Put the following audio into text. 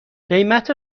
قیمت